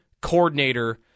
coordinator